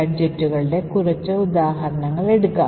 ഗാഡ്ജെറ്റുകളുടെ കുറച്ച് ഉദാഹരണങ്ങൾ എടുക്കാം